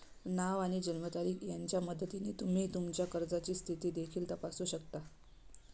नाव आणि जन्मतारीख यांच्या मदतीने तुम्ही तुमच्या कर्जाची स्थिती देखील तपासू शकता